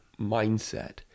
mindset